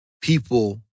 people